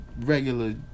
regular